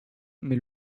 mais